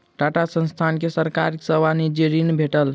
टाटा संस्थान के सरकार सॅ वाणिज्यिक ऋण भेटल